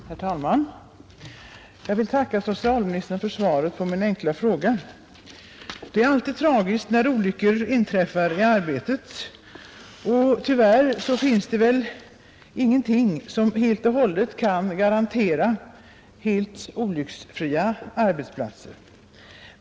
Herr talman! Jag vill tacka socialministern för svaret på min enkla fråga. Det är alltid tragiskt när olyckor inträffar i arbetet, och tyvärr finns det väl ingenting som kan garantera helt olycksfria arbetsplatser.